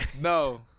No